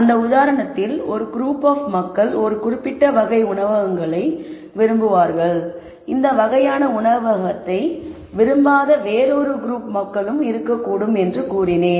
அந்த உதாரணத்தில் ஒரு குரூப் மக்கள் ஒரு குறிப்பிட்ட வகை உணவகங்களை விரும்புவார்கள் இந்த வகையான உணவகத்தை விரும்பாத வேறொரு குரூப் மக்களும் இருக்கக்கூடும் என்று கூறினேன்